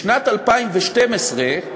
בשנת 2012,